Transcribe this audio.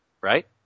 right